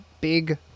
big